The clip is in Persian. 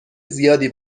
زیادی